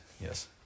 yes